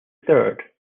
third